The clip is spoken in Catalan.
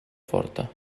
forta